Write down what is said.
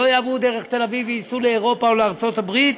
שלא יעברו דרך תל-אביב וייסעו לאירופה או לארצות-הברית,